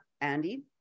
Andy